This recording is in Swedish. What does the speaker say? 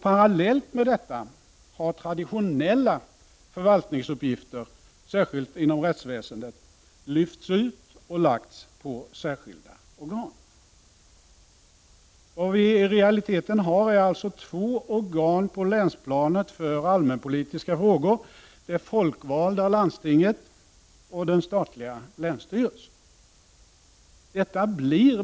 Parallellt med detta har traditionella förvaltningsuppgifter — särskilt inom rättsväsendet — lyfts ut och — Prot. 1989/90:35 lagts på särskilda organ. 29 november 1989 I realiteten har vi således två organ på länsplanet för allmänpolitiska frå dj gor, det folkvalda landstinget och den statliga länsstyrelsen.